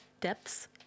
depths